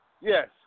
Yes